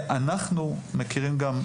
אנחנו מכירים גם,